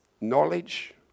knowledge